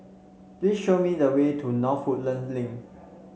please show me the way to North Woodland Link